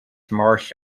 marsh